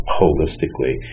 holistically